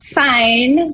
fine